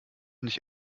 nicht